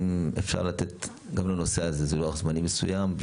אם אפשר לתת גם לנושא הזה איזה לוח זמנים מסוים.